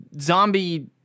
zombie